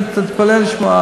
תתפלא לשמוע,